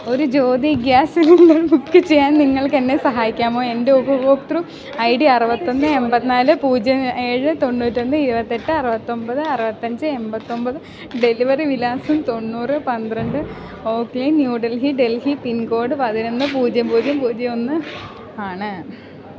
ഒരു Jyoti gas cylinder book ചെയ്യാൻ നിങ്ങൾക്കെന്നെ സഹായിക്കാമോ എൻറ്റെ ഉപഭോക്തൃ ഐ ഡി അറുപത്തൊന്ന് എമ്പത്തിനാല് പൂജ്യം ഏഴ് തൊണ്ണൂറ്റൊന്ന് ഇരുപത്തെട്ട് അറുപത്തൊമ്പത് അറുപത്തഞ്ച് എമ്പത്തൊമ്പത് ഡെലിവറി വിലാസം തൊണ്ണൂറ് പന്ത്രണ്ട് ഓക്ല ന്യൂ ഡൽഹി ഡൽഹി പിൻകോഡ് പതിനൊന്ന് പൂജ്യം പൂജ്യം പൂജ്യം ഒന്ന് ആണ്